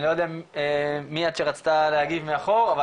אני לא יודע מי שרצתה להגיב מאחור אבל